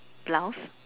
blouse